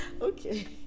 Okay